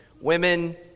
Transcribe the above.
Women